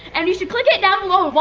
and you should click it it down below